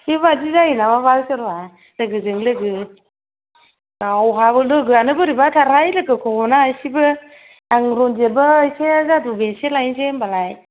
बेबादि जायो नामाबाल सोरबा लोगोजों लोगो गावहाबो लोगोआनो बोरैबाथारहाय लोगोखौ अना इसिबो आं रन्जितबो एसे जादुबो एसे लायनोसै होमबालाय